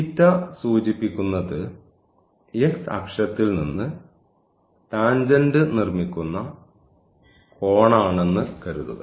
θ സൂചിപ്പിച്ചത് x അക്ഷത്തിൽ നിന്ന് ടാൻജെന്റ് നിർമ്മിക്കുന്ന കോണാണെന്ന് കരുതുക